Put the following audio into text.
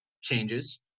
changes